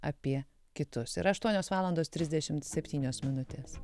apie kitus yra aštuonios valandos trisdešimt septynios minutės